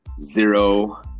zero